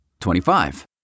25